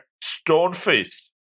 stone-faced